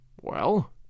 Well